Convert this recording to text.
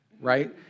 right